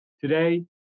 Today